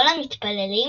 כל המתפללים,